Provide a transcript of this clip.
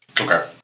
Okay